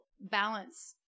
balance